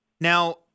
Now